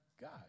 God